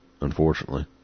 unfortunately